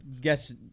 guess